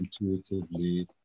intuitively